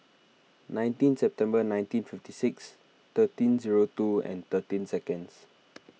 nineteen September nineteen fifty six thirteen zero two and thirteen seconds